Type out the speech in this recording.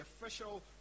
official